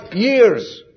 years